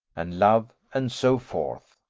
and love, and so forth.